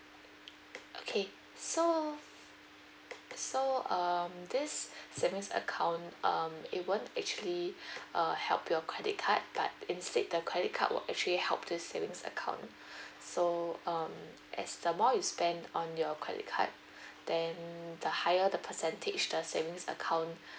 okay so so um this savings account um it won't actually uh help your credit card but instead the credit card will actually help this savings account so um as the more you spend on your credit card then the higher the percentage the savings account